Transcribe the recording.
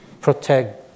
protect